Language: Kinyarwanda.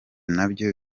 nabyo